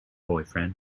boyfriend